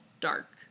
dark